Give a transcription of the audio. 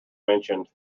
mentioned